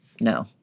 no